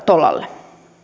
tolalle